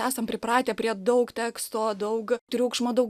esam pripratę prie daug teksto daug triukšmo daug